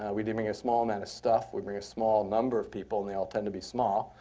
ah we did bring a small amount of stuff. we bring a small number of people, and they all tend to be small.